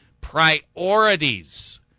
priorities